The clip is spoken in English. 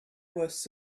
was